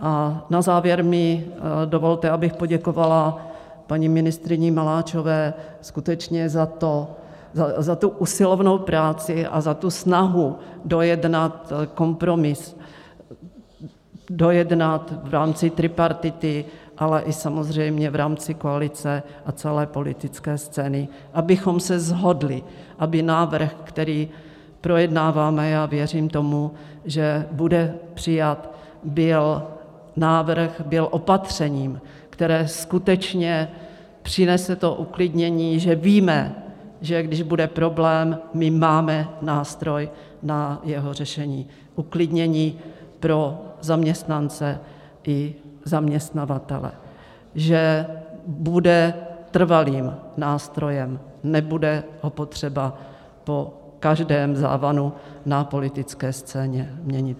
A na závěr mi dovolte, abych poděkovala paní ministryni Maláčové skutečně za usilovnou práci a za snahu dojednat kompromis, dojednat v rámci tripartity, ale i samozřejmě v rámci koalice a celé politické scény, abychom se shodli, aby návrh, který projednáváme já věřím tomu, že bude přijat byl opatřením, které skutečně přinese to uklidnění že víme, že když bude problém, máme nástroj na jeho řešení uklidnění pro zaměstnance i zaměstnavatele, že bude trvalým nástrojem, nebude potřeba ho po každém závanu na politické scéně měnit.